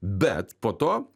bet po to